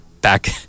back